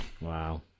Wow